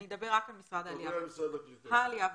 אני אדבר רק על משרד העלייה והקליטה.